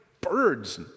birds